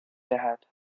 دهد